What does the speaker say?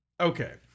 Okay